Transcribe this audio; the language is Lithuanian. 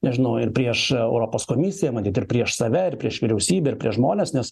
nežinau ir prieš europos komisiją matyt ir prieš save ir prieš vyriausybę ir prieš žmones nes